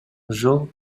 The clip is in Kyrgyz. жол